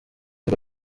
ngo